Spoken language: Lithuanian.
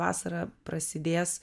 vasarą prasidės